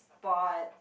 but